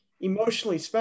emotionally